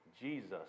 Jesus